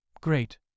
Great